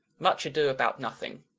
much ado about nothing